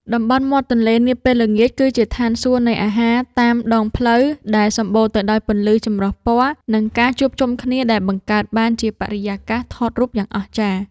តំបន់មាត់ទន្លេនាពេលល្ងាច គឺជាឋានសួគ៌នៃអាហារតាមដងផ្លូវ ដែលសម្បូរទៅដោយពន្លឺចម្រុះពណ៌ និងការជួបជុំគ្នាដែលបង្កើតបានជាបរិយាកាសថតរូបយ៉ាងអស្ចារ្យ។